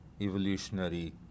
evolutionary